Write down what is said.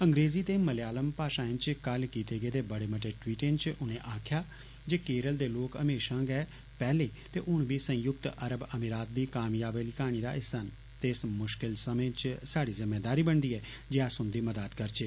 अंग्रेजी ते मलयालम भाषाएं च कल कीते दे बड़े मत्ते ट्वीटें च उनें आक्खेआ जे केरल दे लोक हमेशा गै पहले ते हुंन बी संयुक्त अरब अमीरात दी कामयाबी आह्ली कहानी दा हिस्सा न ते इस मुश्कल समें च साड़ी ज़िम्मेदारी बनदी ऐ जे इस उंदी मदाद करचे